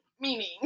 Meaning